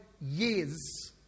years